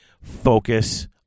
Focus